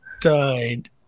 Died